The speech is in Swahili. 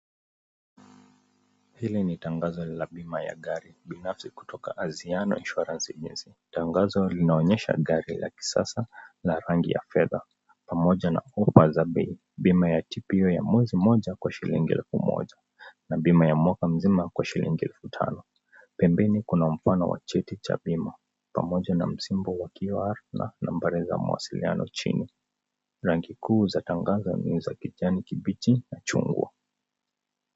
Hili ni tangazo la bima ya gari binafsi kutoka Anziano Insurance agency. Tangazo linaonyesha gari la kisasa la rangi ya fedha. Pamoja na bima ya bei bima ya TPO ya mwezi mmoja elfu moja na mwaka mmoja elfu tano. Pembeni kuna mfano wa cheti cha bima pamoja na msibo wa QR na nambari za mawasiliano chini. Rangi kuu za tangazo ni kijani kibichi na chungwa.